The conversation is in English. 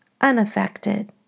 unaffected